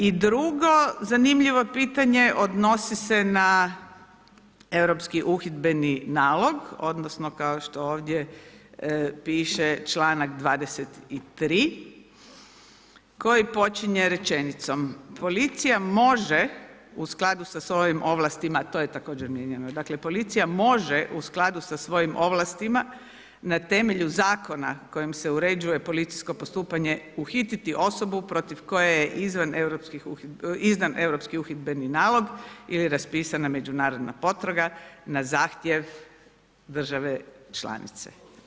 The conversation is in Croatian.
I drugo zanimljivo pitanje odnosi se na europski uhidbeni nalog odnosno kao što ovdje piše članak 23. koji počinje rečenicom policija može u skladu sa svojim ovlastima, to je također mijenjano, dakle policija može u skladu sa svojim ovlastima na temelju zakona kojim se uređuje policijsko postupanje uhititi osobu protiv koje je izdan europski uhidbeni nalog ili raspisana međunarodna potraga na zahtjev države članice.